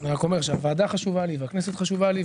אני רק אומר שהוועדה חשובה לי והכנסת חשובה לי,